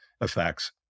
effects